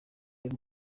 y’u